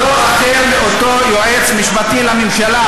לא אחר מהיועץ המשפטי לממשלה.